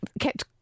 kept